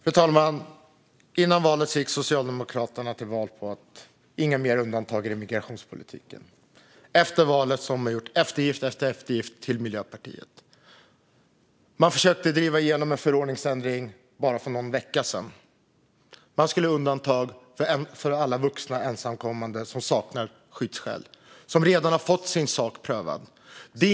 Fru talman! Socialdemokraterna gick till val på att det inte skulle bli några mer undantag i migrationspolitiken. Efter valet har man gjort eftergift efter eftergift till Miljöpartiet. För bara någon vecka sedan försökte man driva igenom en förordningsändring. Man ville ha undantag för alla vuxna ensamkommande som saknar skyddsskäl och som redan har fått sin sak prövad.